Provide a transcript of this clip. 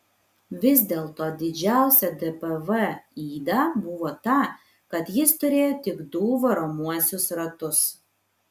vis dėl to didžiausia dpv yda buvo ta kad jis turėjo tik du varomuosius ratus